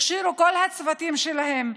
הכשירו את כל הצוותים שלהם,